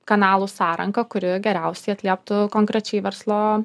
kanalų sąrangą kuri geriausiai atlieptų konkrečiai verslo